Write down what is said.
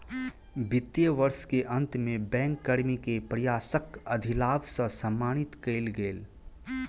वित्तीय वर्ष के अंत में बैंक कर्मी के प्रयासक अधिलाभ सॅ सम्मानित कएल गेल